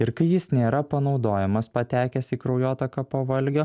ir kai jis nėra panaudojamas patekęs į kraujotaką po valgio